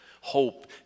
Hope